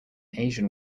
asian